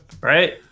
Right